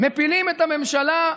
מפילים את הממשלה,